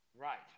Right